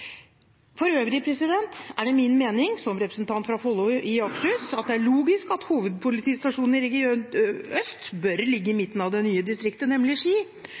For øvrig, president, er det min mening, som representant fra Follo i Akershus, at det er logisk at hovedpolitistasjonen i region øst bør ligge i midten av det nye distriktet, nemlig i Ski,